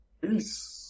Peace